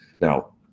Now